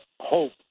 hope